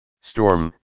Storm